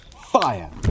Fire